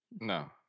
No